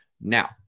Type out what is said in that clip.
now